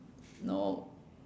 no